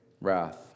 wrath